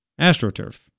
AstroTurf